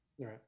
Right